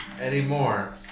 anymore